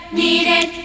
needed